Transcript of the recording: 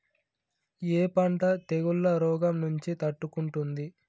ఏ పంట తెగుళ్ల రోగం నుంచి తట్టుకుంటుంది?